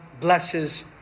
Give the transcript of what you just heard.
blesses